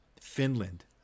Finland